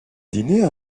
dîner